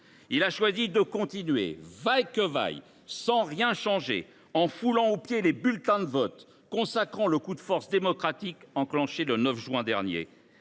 Il a choisi de continuer vaille que vaille, sans rien changer, en foulant aux pieds les bulletins de vote, consacrant le coup de force démocratique enclenché le 9 juin dernier.